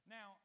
Now